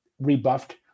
rebuffed